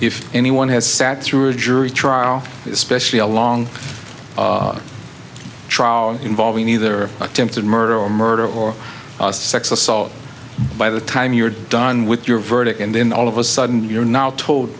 if anyone has sat through a jury trial especially a long trial involving either attempted murder or murder or assault by the time you're done with your verdict and then all of a sudden you're now told